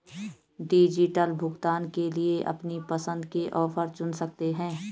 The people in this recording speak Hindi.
डिजिटल भुगतान के लिए अपनी पसंद के ऑफर चुन सकते है